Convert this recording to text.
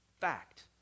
fact